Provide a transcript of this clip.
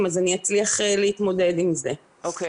ב-29 בחודש עברה הצעת מחליטים שמספרה 588,